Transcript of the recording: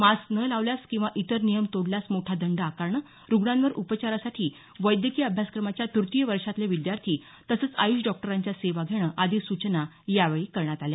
mask न लावल्यास किंवा इतर नियम तोडल्यास मोठा दंड आकारणं रुग्णांवर उपचारासाठी वैद्यकीय अभ्यासक्रमाच्या तृतीय वर्षातले विद्यार्थी तसंच आयुष डॉक्टरांच्या सेवा घेणे आदी सूचना यावेळी करण्यात आल्या